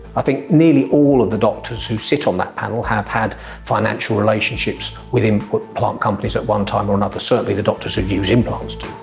i think nearly all of the doctors who sit on that panel have had financial relationships with implant companies at one time or another, certainly the doctors that use implants do.